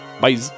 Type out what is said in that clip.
Bye